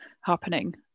happening